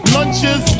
Lunches